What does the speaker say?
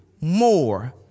more